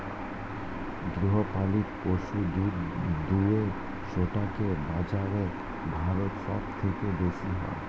গৃহপালিত পশু দুধ দুয়ে সেটাকে বাজারে ভারত সব থেকে বেশি হয়